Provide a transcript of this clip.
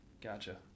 Gotcha